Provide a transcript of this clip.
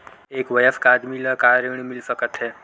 एक वयस्क आदमी ल का ऋण मिल सकथे?